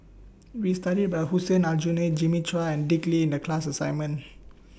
We studied about Hussein Aljunied Jimmy Chua and Dick Lee in The class assignment